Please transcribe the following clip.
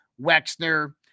Wexner